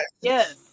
Yes